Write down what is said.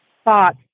spot